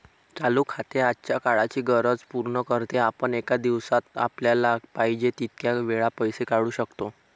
चालू खाते आजच्या काळाची गरज पूर्ण करते, आपण एका दिवसात आपल्याला पाहिजे तितक्या वेळा पैसे काढू शकतो